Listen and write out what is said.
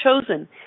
chosen